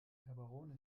gaborone